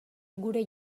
gure